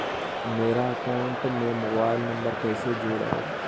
मेरा अकाउंटस में mobile number कैसे जुड़उ?